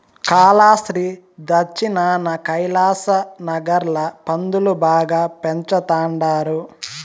కాలాస్త్రి దచ్చినాన కైలాసనగర్ ల పందులు బాగా పెంచతండారు